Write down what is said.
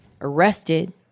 arrested